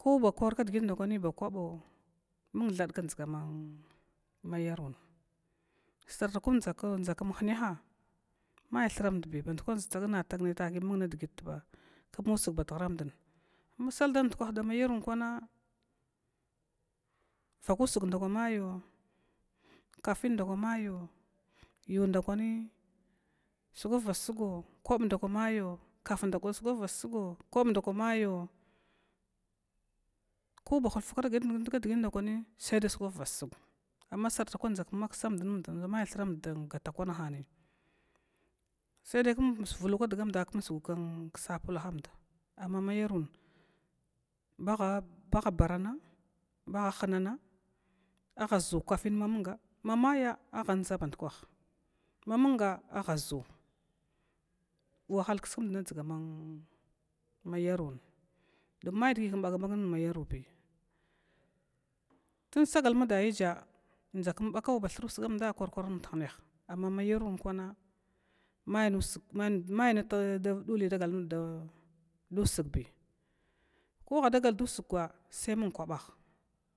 Kobakwar kdgit ndakwani ba kwabo mung thada kdʒanmayarwun, sarta kwandʒa km hinyaha may thurambi band kwana tagnai taki kmusg badhuramda samdal ndukwah da yarwan kwana, vaka usg ndakwa mayo kafin ndakwa mayo yu nda kwani sugwavbadsugo kwab nda kwamaya kub ndakwa mayo hulfa kwar kdgitini, sai da sugwau bad sug amma sarta kwamdʒa km maksamda dʒi mai thurand dgata kwanahini sai dai km vlu kdgamda kmsgu ksapula hamd amma ma yarwun bahabarana baha hnana aʒukafina ma munga ma maya ahadʒa bandkwah mamuga ahaʒu waha kskmd dʒga ma yarun may dgi kmbogabag nmd ma yarunbi, tun sagalam adayija dʒakm bagkau bathura usgamda hinyah amma ma yarwum kwana, mai nusg mai duli dagal nu dusgbako ahadagada usga sai mung kwabah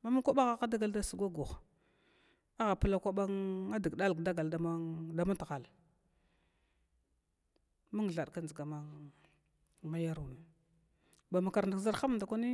mamun kwabah adagal da sugwa guh apla kwaba dgal dama taghal, mun thada kdʒgan marwun bamakarat kʒarhamda kwani.